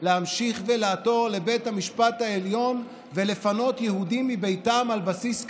להמשיך לעתור לבית המשפט העליון ולפנות יהודים מביתם על בסיס קבוע.